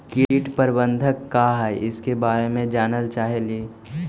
कीट प्रबनदक क्या है ईसके बारे मे जनल चाहेली?